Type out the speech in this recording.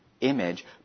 image